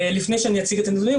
לפני שאני אציג את הנתונים,